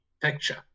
picture